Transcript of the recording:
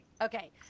Okay